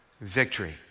victory